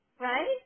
right